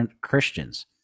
Christians